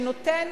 שנותן,